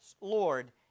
Lord